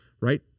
right